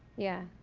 yeah,